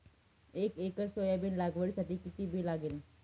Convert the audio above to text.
एक acre soybean लागवडीसाठी किती बी लागेल?